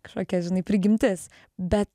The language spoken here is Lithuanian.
kažkokia žinai prigimtis bet